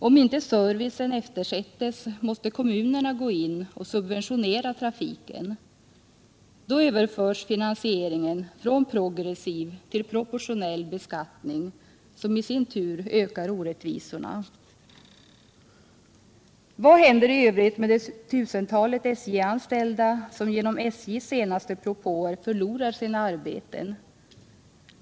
Om inte servicen skall eftersättas måste kommunerna gå in och subventionera trafiken. Då överförs finansieringen från progressiv till proportionell beskattning, vilket i sin tur ökar orättvisorna. Vad händer i övrigt med det tusental SJ-anställda som genom SJ:s senaste propåer förlorar sina arbeten?